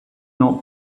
not